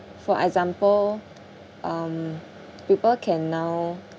for example um people can now